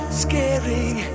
scaring